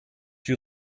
you